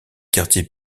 quartiers